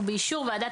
ובאישור ועדת